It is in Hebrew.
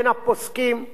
בין המלומדים,